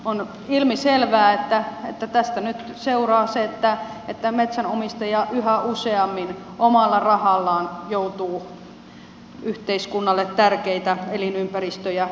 on ilmiselvää että tästä nyt seuraa se että metsänomistaja yhä useammin omalla rahallaan joutuu yhteiskunnalle tärkeitä elinympäristöjä suojelemaan